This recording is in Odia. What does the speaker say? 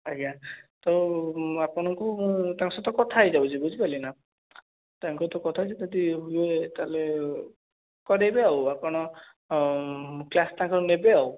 ଆଜ୍ଞା ତ ଆପଣଙ୍କୁ ମୁଁ ତାଙ୍କ ସହିତ କଥା ହୋଇଯାଉଛି ବୁଝିପାରିଲେ ନା ତାଙ୍କ ସହିତ କଥା ହୋଇଯାଉଛି ଯଦି ହୁଏ ତା'ହେଲେ କରାଇବେ ଆଉ ଆପଣ କ୍ଲାସ୍ ତାଙ୍କର ନେବେ ଆଉ